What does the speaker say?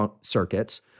circuits